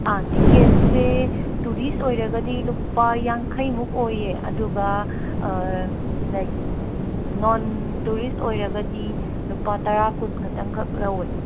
ꯇꯤꯀꯦꯠꯁꯦ ꯇꯨꯔꯤꯁ ꯑꯣꯏꯔꯒꯗꯤ ꯂꯨꯄꯥ ꯌꯥꯡꯈꯩꯃꯨꯛ ꯑꯣꯏꯌꯦ ꯑꯗꯨꯒ ꯂꯥꯏꯛ ꯅꯣꯟ ꯇꯨꯔꯤꯁ ꯑꯣꯏꯔꯒꯗꯤ ꯂꯨꯄꯥ ꯇꯔꯥ ꯀꯨꯟ ꯈꯛꯇꯪꯈꯛ ꯂꯧꯋꯦ